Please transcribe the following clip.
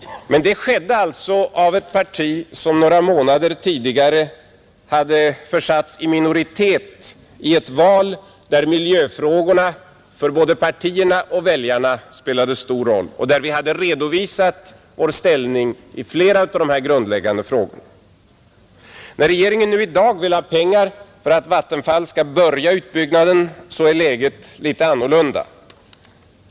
Men det gjordes alltså av ett parti som några månader tidigare hade försatts i minoritet i ett val där miljöfrågorna för både partierna och väljarna spelade stor roll och där vi hade redovisat vår ställning i flera av dessa grundläggande frågor. När regeringen nu vill ha pengar för att Vattenfall skall börja utbyggnaden är läget litet annorlunda.